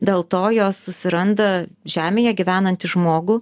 dėl to jos susiranda žemėje gyvenantį žmogų